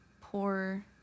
poor